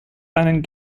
einen